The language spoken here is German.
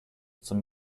zum